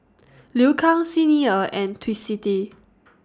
Liu Kang Xi Ni Er and Twisstii